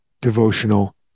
devotional